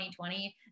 2020